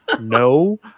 no